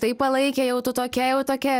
taip palaikė jau tu tokia jau tokia